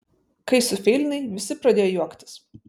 kai sufeilinai visi pradėjo juoktis